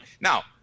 Now